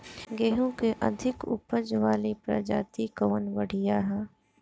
गेहूँ क अधिक ऊपज वाली प्रजाति कवन बढ़ियां ह?